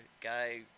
guy